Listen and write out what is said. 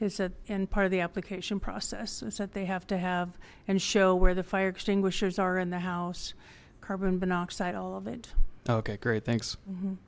is that in part of the application process is that they have to have and show where the fire extinguishers are in the house carbon monoxide all of it okay great thanks m